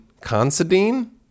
Considine